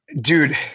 Dude